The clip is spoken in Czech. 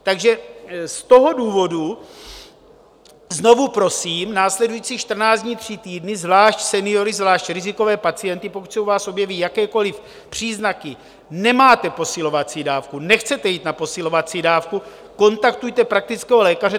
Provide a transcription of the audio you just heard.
Takže z toho důvodu znovu prosím následujících čtrnáct dní, tři týdny zvlášť seniory, zvlášť rizikové pacienty: pokud se u vás objeví jakékoliv příznaky, nemáte posilovací dávku, nechcete jít na posilovací dávku, kontaktujte praktického lékaře.